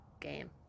game